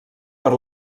per